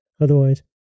otherwise